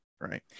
Right